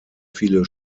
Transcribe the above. viele